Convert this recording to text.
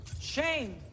shame